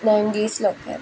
നയൻറ്റീസ്ലൊക്കെ